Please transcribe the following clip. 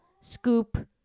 scoop